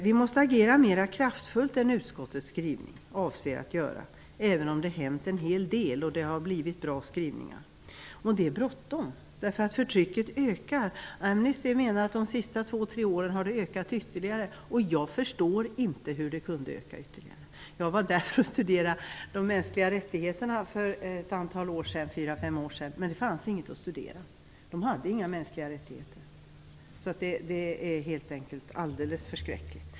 Vi måste agera kraftfullare än som avses i utskottets skrivning, även om en hel del hänt och det blivit bra skrivningar. Det är alltså bråttom, eftersom förtrycket bara ökar. Enligt Amnesty har förtrycket ökat ytterligare under de senaste två tre åren. Jag förstår inte hur det kunde öka ytterligare. För fyra eller fem år sedan var jag i landet för att studera de mänskliga rättigheterna, men det fanns inget att studera. De hade inga mänskliga rättigheter. Situationen är helt enkelt alldeles förskräcklig.